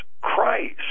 Christ